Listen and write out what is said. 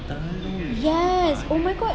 yes oh my god